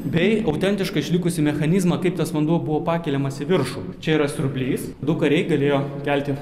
bei autentiška išlikusi mechanizmą kaip tas vanduo buvo pakeliamas į viršų čia yra siurblys du kariai galėjo kelti